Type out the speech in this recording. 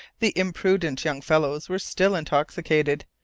the imprudent young fellows were still intoxicated.